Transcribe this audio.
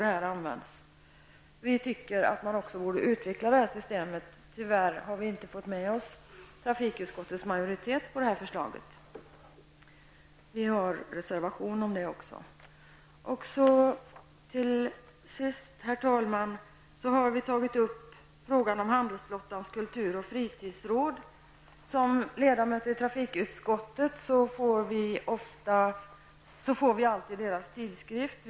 Det är på det sättet informationen används. Vi anser att detta system borde utvecklas. Tyvärr har vi inte fått med oss trafikutskottets majoritet på detta förslag. Vi har skrivit en reservation om detta. Till sist, herr talman, har vi tagit upp frågan om handelsflottans kultur och fritidsråd. Som ledamöter i trafikutskottet får vi deras tidskrift.